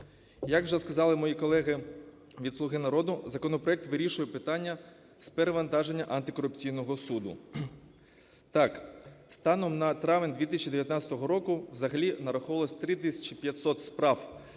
Як вже сказали мої колеги від "Слуги народу", законопроект вирішує питання з перевантаження антикорупційного суду. Так, станом на травень 2019 року взагалі нараховувалось 3 тисячі